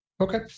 okay